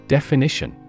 Definition